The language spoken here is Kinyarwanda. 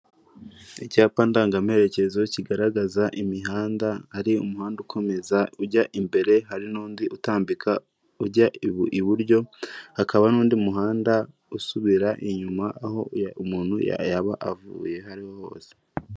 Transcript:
Icyapa ndanga merekezo kigaragaza imihanda ari umuhanda ukomeza ujya imbere, hari n'undi utambika ujya iburyo, hakaba n'undi muhanda usubira inyuma aho umuntu yaba yaba avuye ahoho hose.